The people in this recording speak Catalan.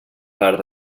part